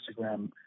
Instagram